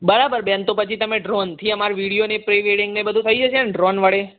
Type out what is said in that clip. બરાબર બેન તો પછી તમે ડ્રોનથી અમારે વિડીયો ને પ્રી વેડિંગ ને બધું થઇ જશે ને ડ્રોન વડે